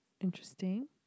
interesting